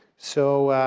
so